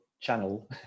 channel